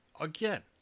again